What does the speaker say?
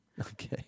Okay